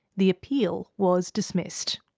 the appeal was dismissed.